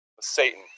Satan